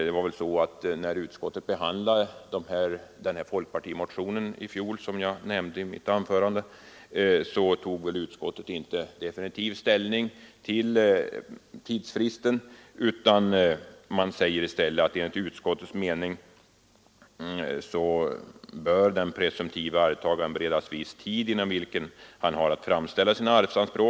När utskottet i fjol behandlade den folkpartimotion som jag nämnde i mitt anförande tog väl utskottet inte någon definitiv ställning till frågan om tidsfristen, utan utskottet uttalade att den presumtive arvtagaren bör beredas viss tid inom vilken han har att framställa sina arvsanspråk.